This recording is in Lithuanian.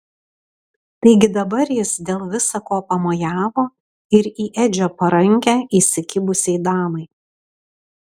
taigi dabar jis dėl visa ko pamojavo ir į edžio parankę įsikibusiai damai